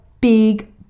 big